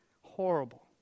Horrible